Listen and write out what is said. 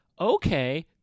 Okay